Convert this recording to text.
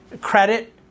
credit